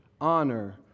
honor